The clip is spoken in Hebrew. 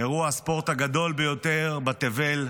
אירוע הספורט הגדול ביותר בתבל,